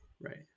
right